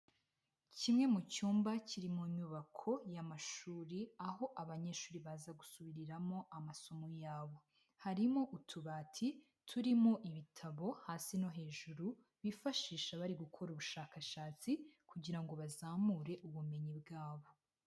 Kimwe mu cyumba kiri mu nyubako y'amashuri aho abanyeshuri baza gusubiriramo amasomo yabo, harimo utubati turimo ibitabo hasi no hejuru bifashisha bari gukora ubushakashatsi kugira ngo bazamure ubumenyi bwabo.